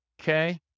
Okay